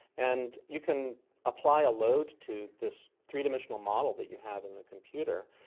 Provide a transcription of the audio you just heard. and you can apply a load to this three-dimensional model that you have in the computer,